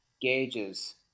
gauges